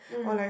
mm